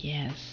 Yes